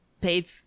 paid